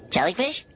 Jellyfish